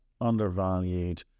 undervalued